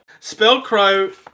Spellcrow